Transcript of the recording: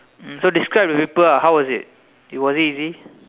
mm so describe the paper ah how was it was it easy